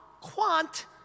quant